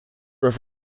have